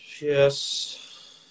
Yes